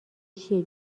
چیه